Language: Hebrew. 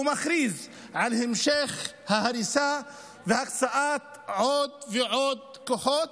ומכריז על המשך ההריסה והקצאת עוד ועוד כוחות,